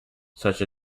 such